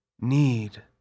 need